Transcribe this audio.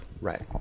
right